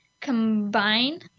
combine